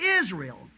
Israel